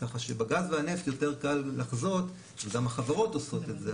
ככה שבגז והנפט יותר קל לחזות וגם החברות עושות את זה.